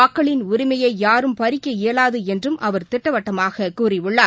மக்களின் உரிமையையாரும் பறிக்க இயலாதுஎன்றும் அவர் திட்டவட்டமாககூறியுள்ளார்